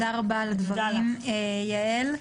תודה רבה על הדברים, יעל.